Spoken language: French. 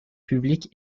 publique